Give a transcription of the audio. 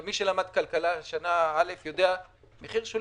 מי שלמד כלכלה שנה א' יודע שמחיר שולי